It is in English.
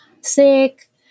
sick